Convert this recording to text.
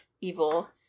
evil